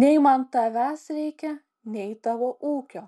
nei man tavęs reikia nei tavo ūkio